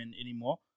anymore